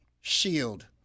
Shield